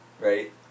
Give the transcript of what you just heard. right